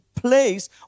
place